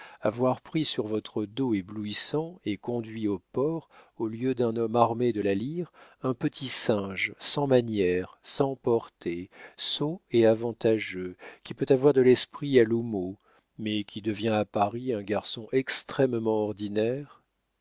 avoir pris sur votre dos éblouissant et conduit au port au lieu d'un homme armé de la lyre un petit singe sans manières sans portée sot et avantageux qui peut avoir de l'esprit à l'houmeau mais qui devient à paris un garçon extrêmement ordinaire